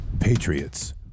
Patriots